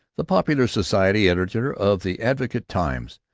the popular society editor of the advocate-times.